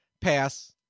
pass